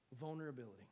Vulnerability